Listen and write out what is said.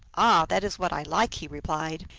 ah, that is what i like, he replied,